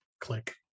Click